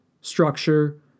structure